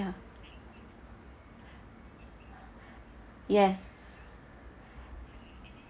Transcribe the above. yes